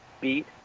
beat